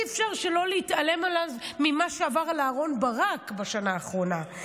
אי-אפשר להתעלם ממה שעבר על אהרן ברק בשנה האחרונה,